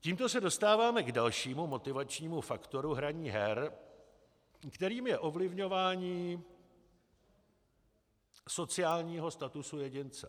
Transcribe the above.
Tímto se dostáváme k dalšímu motivačnímu faktoru hraní her, kterým je ovlivňování sociálního statusu jedince.